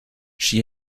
she